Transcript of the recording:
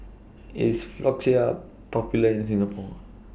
IS Floxia Popular in Singapore